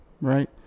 right